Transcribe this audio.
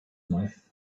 mouth